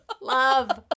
Love